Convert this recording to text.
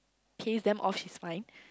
pays them off she's fine